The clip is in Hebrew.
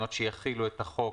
תקנות שיחילו את החוק,